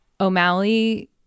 o'malley